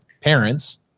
parents